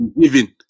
giving